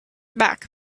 back